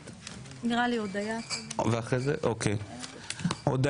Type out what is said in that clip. החוק שלי על החמרת ענישה נשען על אותם